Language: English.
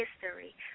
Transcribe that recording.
history